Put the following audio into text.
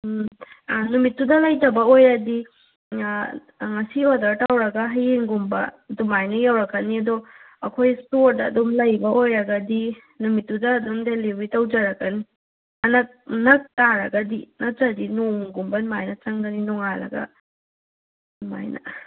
ꯅꯨꯃꯤꯠꯇꯨꯗ ꯂꯩꯇꯕ ꯑꯣꯏꯔꯒꯗꯤ ꯉꯁꯤ ꯑꯣꯗꯔ ꯇꯧꯔꯒ ꯍꯌꯦꯡꯒꯨꯝꯕ ꯑꯗꯨꯃꯥꯏꯅ ꯌꯧꯔꯛꯀꯅꯤ ꯑꯗꯣ ꯑꯩꯈꯣꯏ ꯁ꯭ꯇꯣꯔꯗ ꯑꯗꯨꯝ ꯂꯩꯕ ꯑꯣꯏꯔꯒꯗꯤ ꯅꯨꯃꯤꯠꯇꯨꯗ ꯑꯗꯨꯝ ꯗꯦꯂꯤꯕꯔꯤ ꯇꯧꯖꯔꯛꯀꯅꯤ ꯅꯛꯄ ꯇꯥꯔꯒꯗꯤ ꯅꯠꯇ꯭ꯔꯗꯤ ꯅꯣꯡꯃꯒꯨꯝꯕ ꯑꯗꯨꯃꯥꯏꯅ ꯆꯪꯒꯅꯤ ꯅꯣꯡꯉꯥꯜꯂꯒ ꯑꯗꯨꯃꯥꯏꯅ